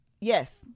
Yes